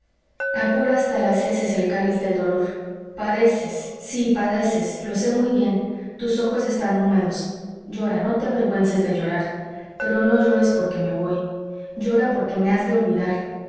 apura hasta las heces el cáliz del dolor padeces sí padeces lo sé muy bien tus ojos están húmedos llora no te avergüences de llorar pero no llores porque me voy llora porque me has de olvidar